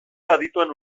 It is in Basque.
adituen